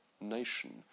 nation